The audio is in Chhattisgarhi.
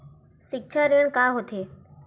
सिक्छा ऋण का होथे?